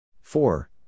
Four